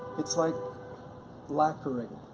it's like lacquering.